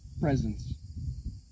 presence